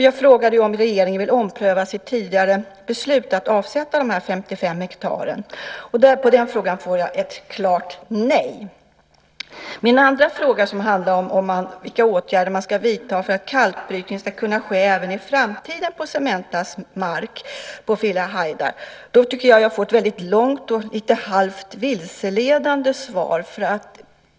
Jag frågade om regeringen vill ompröva sitt tidigare beslut att avsätta 55 hektar. På den frågan får jag ett klart nej. Min andra fråga handlar om vilka åtgärder som ska vidtas för att kalkbrytning ska kunna ske även i framtiden på Cementas mark på Filehajdar. Jag har fått ett långt och lite halvt vilseledande svar.